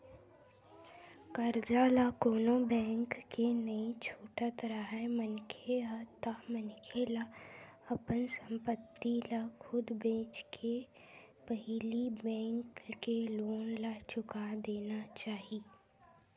करजा ल कोनो बेंक के नइ छुटत राहय मनखे ह ता मनखे ला अपन संपत्ति ल खुद बेंचके के पहिली बेंक के लोन ला चुका देना चाही